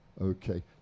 okay